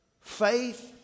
faith